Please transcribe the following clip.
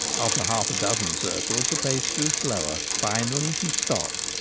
after half a dozen circles the pace grew slower. finally, he stopped,